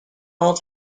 all